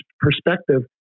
perspective